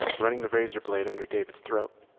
running the razor blade under david's throat,